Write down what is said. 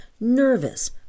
nervous